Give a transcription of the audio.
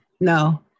No